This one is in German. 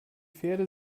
pferde